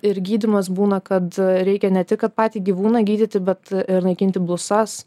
ir gydymas būna kad reikia ne tik kad patį gyvūną gydyti bet ir naikinti blusas